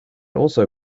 also